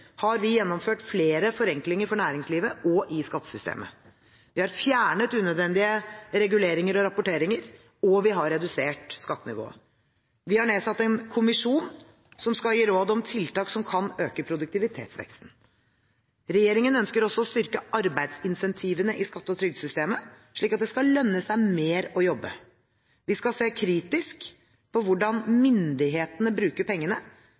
har vi gjennomført flere forenklinger for næringslivet og i skattesystemet. Vi har fjernet unødvendige reguleringer og rapporteringer, og vi har redusert skattenivået. Vi har nedsatt en kommisjon som skal gi råd om tiltak som kan øke produktivitetsveksten. Regjeringen ønsker også å styrke arbeidsincentivene i skatte- og trygdesystemet, slik at det skal lønne seg mer å jobbe. Vi skal se kritisk på hvordan myndighetene bruker pengene,